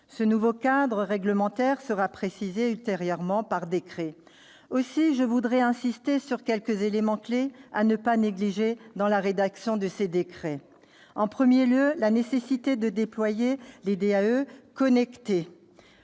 Ce nouveau cadre réglementaire sera précisé ultérieurement par décrets, aussi je voudrais insister sur quelques éléments clés à ne pas négliger dans la rédaction de ces décrets. En premier lieu, il y a la nécessité de déployer des DAE connectés.